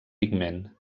pigment